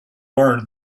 learned